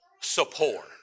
support